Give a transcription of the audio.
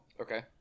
okay